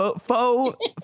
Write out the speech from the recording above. faux